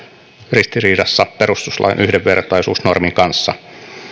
ristiriidassa perustuslain yhdenvertaisuusnormin kanssa